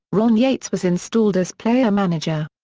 ron yeats was installed as player manager.